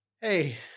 Hey